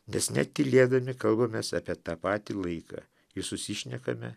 nes net tylėdami kalbamės apie tą patį laiką jis susišnekame